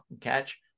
catch